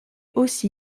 aussi